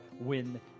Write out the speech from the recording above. Win